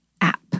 App